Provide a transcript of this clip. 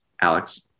Alex